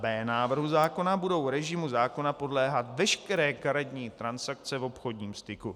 b) návrhu zákona budou režimu zákona podléhat veškeré karetní transakce v obchodním styku.